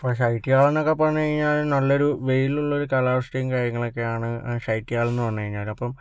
ഇപ്പോൾ ശൈത്യകാലംന്നൊക്കെ പറഞ്ഞ് കഴിഞ്ഞാല് നല്ലൊരു വെയിലുള്ളൊരു കാലാവസ്ഥയും കാര്യങ്ങളൊക്കെയാണ് ശൈത്യകാലംന്ന് പറഞ്ഞ്കഴിഞ്ഞാല് അപ്പോൾ